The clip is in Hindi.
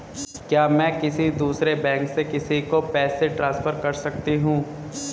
क्या मैं किसी दूसरे बैंक से किसी को पैसे ट्रांसफर कर सकती हूँ?